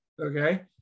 Okay